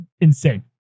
insane